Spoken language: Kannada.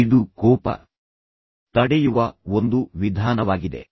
ಇದು ಕೋಪ ತಡೆಯುವ ಒಂದು ವಿಧಾನವಾಗಿದೆ